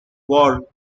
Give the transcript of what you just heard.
war